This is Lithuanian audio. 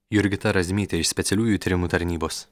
jurgita razmytė iš specialiųjų tyrimų tarnybos